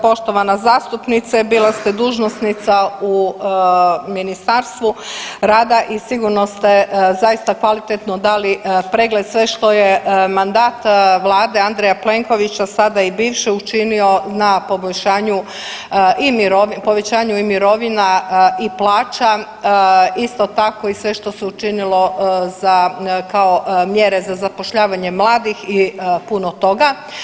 Poštovana zastupnice, bila ste dužnosnica u Ministarstvu rada i sigurno ste zaista kvalitetno dali pregled sve što je mandat vlade Andreja Plenkovića, sada i bivše, učinio na poboljšanju i, povećanju i mirovina i plaća, isto tako i sve što se učinilo za, kao mjere za zapošljavanje mladih i puno toga.